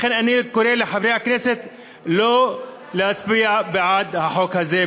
לכן אני קורא לחברי הכנסת לא להצביע בעד החוק הזה.